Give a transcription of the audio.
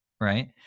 right